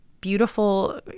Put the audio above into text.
beautiful